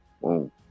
boom